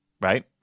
right